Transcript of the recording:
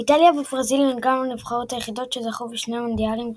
איטליה וברזיל הן גם הנבחרות היחידות שזכו בשני מונדיאלים רצופים.